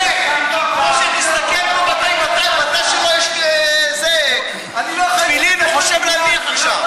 משה, תסתכל, יש תפילין, הוא חושב להניח עכשיו.